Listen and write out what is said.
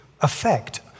effect